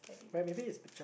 but maybe it's picture